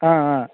ஆ ஆ